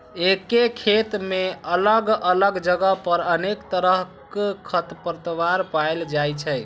एके खेत मे अलग अलग जगह पर अनेक तरहक खरपतवार पाएल जाइ छै